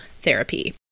therapy